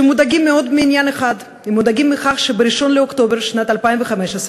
שמודאגים מאוד מעניין אחד: הם מודאגים מכך שב-1 באוקטובר שנת 2015,